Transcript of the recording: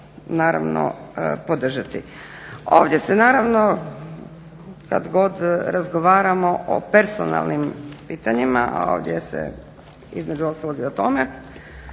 naravno podržati. Ovdje se naravno kad god razgovaramo o personalnim pitanjima a ovdje se između ostalo i o tome